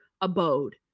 abode